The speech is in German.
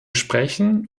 sprechen